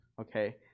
okay